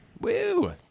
Woo